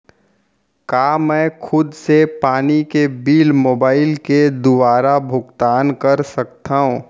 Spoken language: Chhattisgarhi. का मैं खुद से पानी के बिल मोबाईल के दुवारा भुगतान कर सकथव?